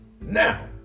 Now